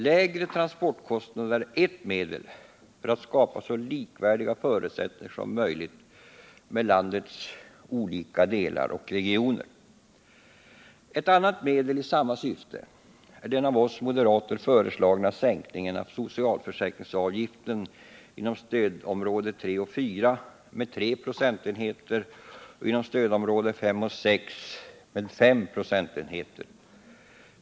Lägre transportkostnader är ert medel för att skapa så likvärdiga förutsättningar som möjligt mellan landets olika delar och regioner. Ett annat medel i samma syfte är den av oss moderater föreslagna sänkningen av socialförsäkringsavgiften inom stödområde 3 och 4 med tre procentenheter och inom stödområde 5 och 6 med fem procentenheter.